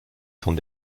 sont